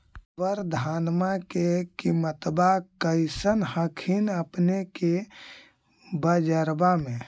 अबर धानमा के किमत्बा कैसन हखिन अपने के बजरबा में?